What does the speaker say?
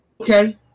okay